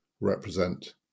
represent